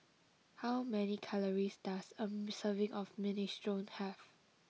how many calories does a serving of Minestrone have